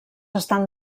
estan